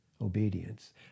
obedience